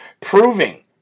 proving